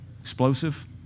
Explosive